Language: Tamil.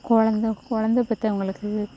குழந்த குழந்த பெற்றவுங்களுக்குன்னு